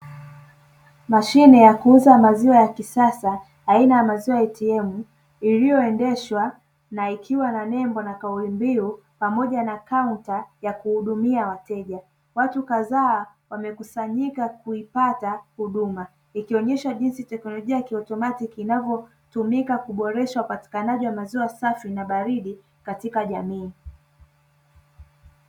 Mashine ya kuuza maziwa ya kisasa aina ya maziwa "ATM" iliyoendeshwa na ikiwa na nembo na kauli mbiu, pamoja na kaunta ya kuhudumia wateja, watu kadhaa wamekusanyika kuipata huduma, ikionyesha jinsi teknolojia ya kiautomatiki inavyotumika kuboreshwa upatikanaji wa maziwa safi na baridi katika jamii.